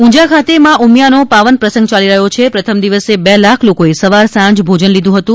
ઊંઝા ખાતે મા ઉમિયાનો પાવન પ્રસંગ યાલી રહ્યો છે પ્રથમ દિવસે બે લાખ લોકોએ સવાર સાંજ ભોજન લીધું હતું